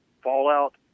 fallout